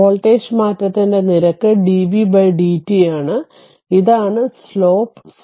voltage മാറ്റത്തിന്റെ നിരക്ക് dvdt ആണ് ഇതാണ് സ്ലോപ്പ് c